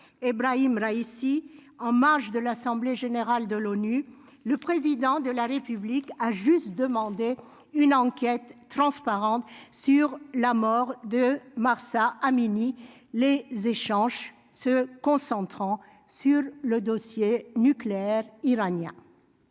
Ebrahim Raïssi en marge de l'assemblée générale de l'ONU, le président de la République a juste demandé une enquête transparente sur la mort de Marsa, les échanges se concentrant sur le dossier nucléaire iranien.